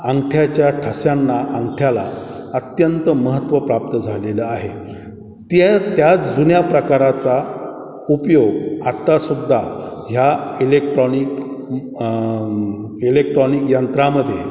अंगठ्याच्या ठश्यांना अंगठ्याला अत्यंत महत्त्व प्राप्त झालेलं आहे त्या त्या जुन्या प्रकाराचा उपयोग आत्तासुद्धा ह्या इलेक्ट्रॉणिक इलेक्ट्रॉनीक यंत्रामध्ये